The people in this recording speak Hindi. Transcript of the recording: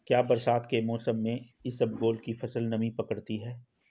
क्या बरसात के मौसम में इसबगोल की फसल नमी पकड़ती है?